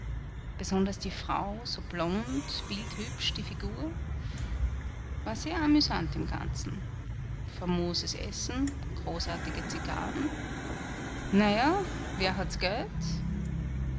besonders die frau so blond bildhübsch die figur war sehr amüsant im ganzen famoses essen großartige zigarren naja wer hat's geld